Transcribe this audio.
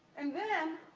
and then,